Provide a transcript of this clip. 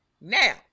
Now